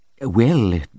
Well